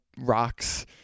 rocks